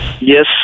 Yes